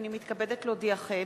הנני מתכבדת להודיעכם,